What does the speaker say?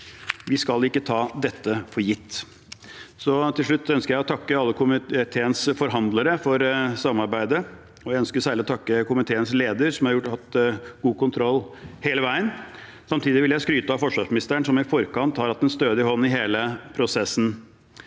Vi skal ikke ta dette for gitt. Til slutt ønsker jeg å takke alle komiteens forhandlere for samarbeidet, og jeg ønsker særlig å takke komiteens leder, som har hatt god kontroll hele veien. Samtidig vil jeg skryte av forsvarsministeren, som i forkant har hatt en stødig hånd i hele prosessen.